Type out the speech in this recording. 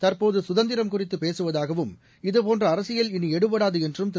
தற்போது குதந்திரம் குறித்து பேசுவதாகவும் இதபோன்ற அரசியல் இனி எடுபடாது என்றும் திரு